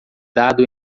dado